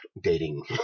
dating